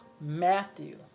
Matthew